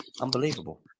Unbelievable